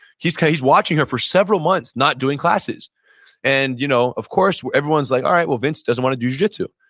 he's he's watching her for several months, not doing classes and you know of course everyone's like, all right, well vince doesn't want to do jujitsu.